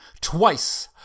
twice